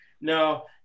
no